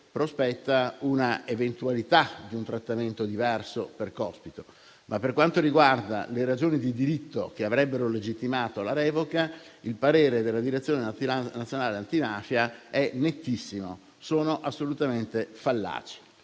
prospetta l'eventualità di un trattamento diverso per Cospito. Ma, per quanto riguarda le ragioni di diritto che avrebbero legittimato alla revoca, il parere della Direzione nazionale antimafia e antiterrorismo è nettissimo: sono assolutamente fallaci.